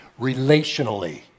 Relationally